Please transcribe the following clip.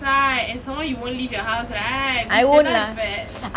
that's why and somemore you won't leave your house right வீட்டுலேதான் இருப்பே:veetule thaan iruppe